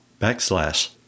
backslash